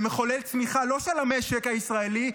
למחולל צמיחה לא של המשק הישראלי,